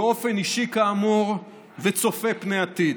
באופן אישי, כאמור, וצופה פני עתיד,